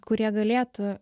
kur jie galėtų